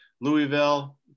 Louisville